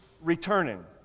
returning